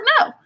No